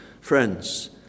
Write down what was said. friends